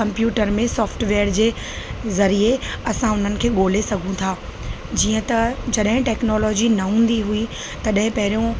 computer में software जे ज़रिए असां उन्हनि खे ॻोल्हे सघूं था जीअं त जॾहिं टेक्नोलॉजी न हूंदी हुई तॾहिं पहिरियों